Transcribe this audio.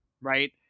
Right